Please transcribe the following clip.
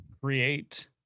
create